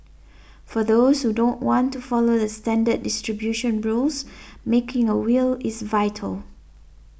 for those who don't want to follow the standard distribution rules making a will is vital